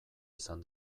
izan